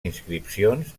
inscripcions